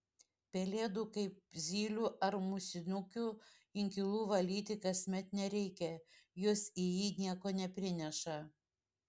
pelėdų kaip zylių ar musinukių inkilų valyti kasmet nereikia jos į jį nieko neprineša